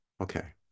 Okay